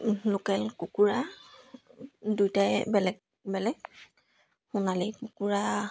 local কুকুৰা দুইটাই বেলেগ বেলেগ সোণালী কুকুৰা